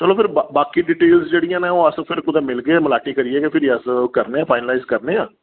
चलो फेर बाकी डिटेल्स जेह्ड़ियां न ओह् अस फिर कुतै मिलगे फिर मलाटी करियै गै फ्ही अस ओह् करने आं फाइनलाइज करने आं